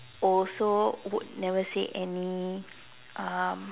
also would never say any um